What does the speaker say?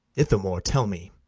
ithamore, tell me,